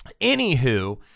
anywho